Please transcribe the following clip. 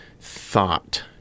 thought